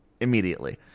immediately